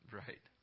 right